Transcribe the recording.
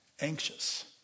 anxious